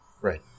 Right